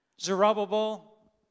Zerubbabel